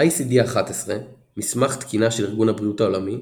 ב-ICD-11 מסמך תקינה של ארגון הבריאות העולמי